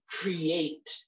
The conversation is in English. create